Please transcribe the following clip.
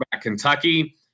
Kentucky